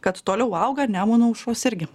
kad toliau auga nemuno aušros irgi